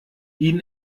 ihn